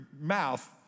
mouth